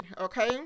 okay